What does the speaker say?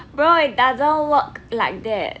bro it doesn't work like that